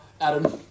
Adam